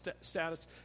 status